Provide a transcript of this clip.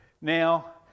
Now